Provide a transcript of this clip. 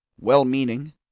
well-meaning